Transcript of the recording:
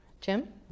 Jim